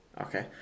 Okay